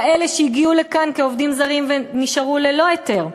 כאלה שהגיעו לכאן כעובדים זרים, ונשארו ללא היתר,